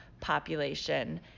population